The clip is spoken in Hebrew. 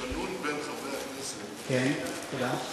השנון בין חברי הכנסת, שתמצא